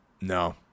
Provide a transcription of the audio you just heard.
No